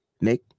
nick